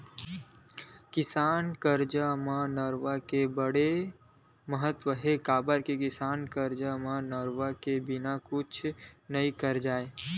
किसानी कारज म नरूवा के बड़ महत्ता हे, काबर के किसानी कारज म नरवा के बिना कुछ करे नइ जाय